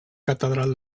catedral